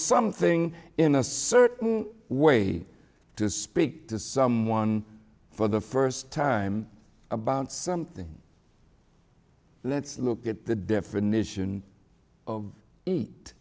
something in a certain way to speak to someone for the first time about something let's look at the definition of eat